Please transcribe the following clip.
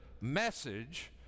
message